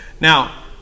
Now